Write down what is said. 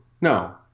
No